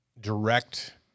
direct